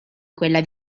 quella